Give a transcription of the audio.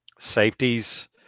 Safeties